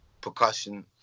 percussion